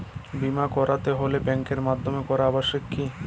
বিমা করাতে হলে ব্যাঙ্কের মাধ্যমে করা আবশ্যিক কি?